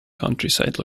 countryside